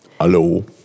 Hallo